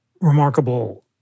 remarkable